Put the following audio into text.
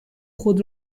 خود